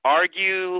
argue –